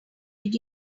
did